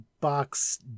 Box